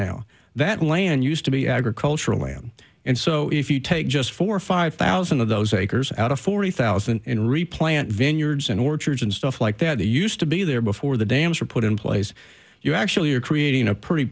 now that land used to be agricultural land and so if you take just four five thousand of those acres out of forty thousand in replant vineyards and orchards and stuff like that they used to be there before the dams were put in place you actually are creating a pretty